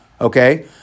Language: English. Okay